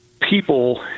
people